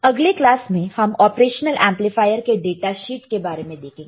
अगले क्लास में हम ऑपरेशनल एमप्लीफायर के डाटा शीट के बारे में देखेंगे